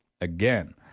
Again